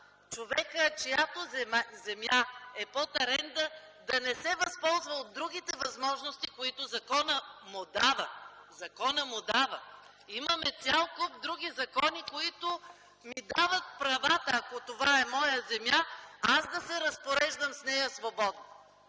човека, чиято земя е под аренда, да не се възползва от другите възможности, които законът му дава. Имаме цял куп други закони, които ни дават права – ако това е моя земя, аз да се разпореждам свободно